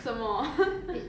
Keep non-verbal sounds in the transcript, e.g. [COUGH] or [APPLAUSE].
什么 [NOISE]